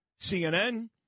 CNN